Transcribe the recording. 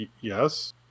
yes